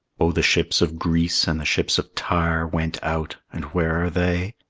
oh, the ships of greece and the ships of tyre went out, and where are they?